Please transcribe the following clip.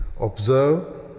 observe